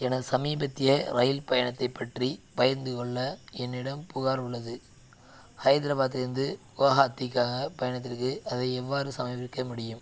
எனது சமீபத்திய ரயில் பயணத்தைப் பற்றி பகிர்ந்து கொள்ள என்னிடம் புகார் உள்ளது ஹைதராபாத்திலிருந்து குவஹாத்திக்கான பயணத்திற்கு அதை எவ்வாறு சமர்ப்பிக்க முடியும்